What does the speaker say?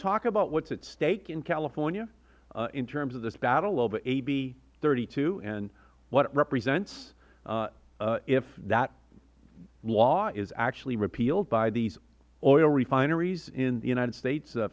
talk about what is at stake in california in terms of this battle over ab thirty two and what it represents if that law is actually repealed by these oil refineries in the united states